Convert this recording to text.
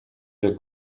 der